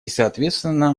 соответственно